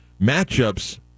matchups –